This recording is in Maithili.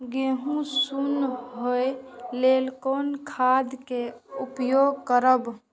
गेहूँ सुन होय लेल कोन खाद के उपयोग करब?